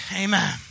Amen